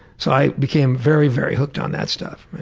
so i became very very hooked on that stuff.